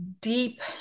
deep